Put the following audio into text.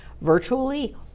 virtually